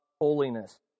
holiness